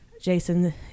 Jason